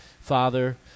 father